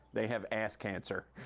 they have ass cancer.